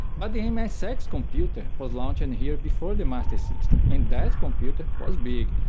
but the msx computer was launched and here before the master system and that computer was big,